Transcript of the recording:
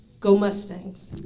go mustangs.